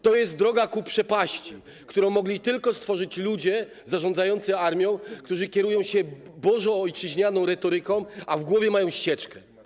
To jest droga ku przepaści, którą mogli stworzyć tylko ludzie zarządzający armią, którzy kierują się bożoojczyźnianą retoryką, a w głowie mają sieczkę.